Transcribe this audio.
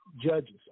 judges